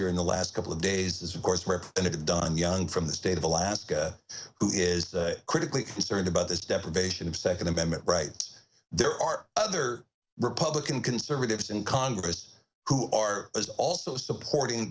here in the last couple of days is of course rep and have done young from the state of alaska who is critically concerned about this deprivation of second amendment rights there are other republican conservatives in congress who are is also supporting